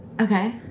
Okay